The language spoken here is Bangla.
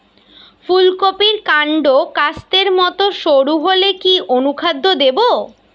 ফুলকপির কান্ড কাস্তের মত সরু হলে কি অনুখাদ্য দেবো?